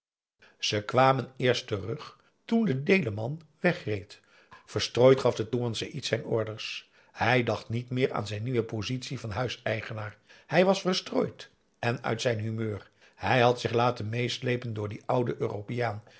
ze kwamen eerst terug toen de deeleman wegreed verstrooid gaf de toean saïd zijn orders hij dacht niet meer aan zijn nieuwe positie van huiseigenaar hij was verstrooid en uit zijn humeur hij had zich laten meesleepen door dien ouden europeaan